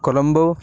Colombo